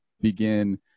begin